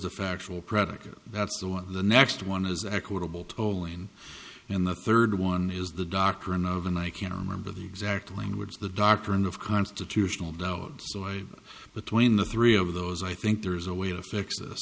predicate that's the one the next one is equitable tolling and the third one is the doctrine of and i can't remember the exact language the doctrine of constitutional doubt so i between the three of those i think there is a way to fix this